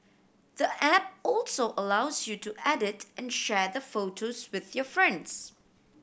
the app also allows you to edit and share the photos with your friends